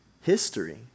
history